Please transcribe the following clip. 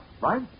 right